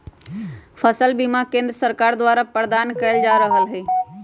फसल बीमा केंद्र सरकार द्वारा प्रदान कएल जा रहल हइ